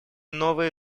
новые